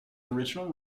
original